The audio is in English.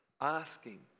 asking